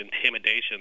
intimidation